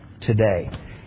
today